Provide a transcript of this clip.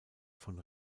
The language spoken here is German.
von